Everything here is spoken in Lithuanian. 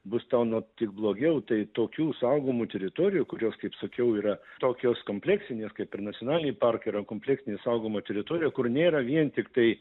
bus tau nuo tik blogiau tai tokių saugomų teritorijų kurios kaip sakiau yra tokios kompleksinės kaip ir nacionaliniai parkai yra kompleksinė saugoma teritorija kur nėra vien tiktai